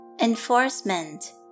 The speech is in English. enforcement